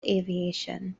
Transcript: aviation